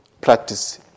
practice